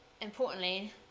importantly